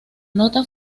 nota